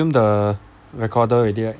do the recorder already right